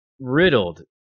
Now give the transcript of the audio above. riddled